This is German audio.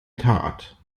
tat